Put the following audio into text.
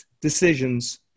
decisions